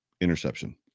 Interception